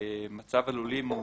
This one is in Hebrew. מצב הלולים,